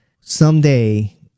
someday